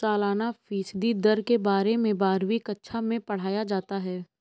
सालाना फ़ीसदी दर के बारे में बारहवीं कक्षा मैं पढ़ाया जाता है